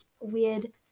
weird